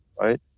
Right